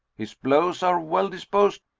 his blows are well dispos'd.